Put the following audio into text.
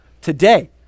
today